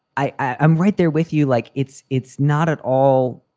i'm right there with you. like it's it's not at all.